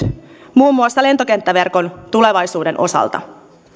muun muassa lentokenttäverkon tulevaisuuden osalta